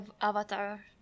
avatar